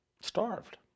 Starved